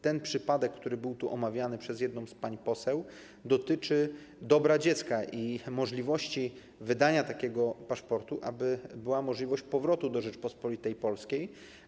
Ten przypadek, który był tu omawiany przez jedną z pań poseł, dotyczy dobra dziecka i możliwości wydania takiego paszportu, aby była możliwość powrotu do Rzeczypospolitej Polskiej.